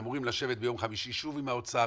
אמורים לשבת ביום חמישי שוב עם האוצר,